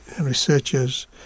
researchers